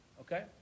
Okay